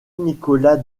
nicolas